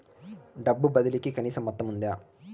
డబ్బు బదిలీ కి కనీస మొత్తం ఉందా?